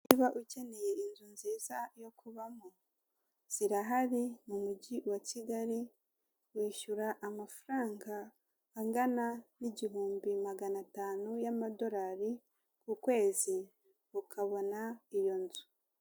Niba ukeneye inzu nziza yo kubamo, zirahari mu mujyi wa Kigali, wishyura amafaranga angana n'igihumbi, magana atanu y'amadorari ku kwezi ukabona iyo nzu.